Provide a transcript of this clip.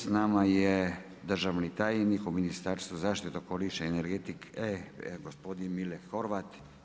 Sa nama je državni tajnik u Ministarstvu zaštite, okoliša i energetike gospodin Mile Horvat.